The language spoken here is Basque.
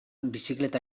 bizikleta